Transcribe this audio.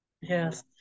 Yes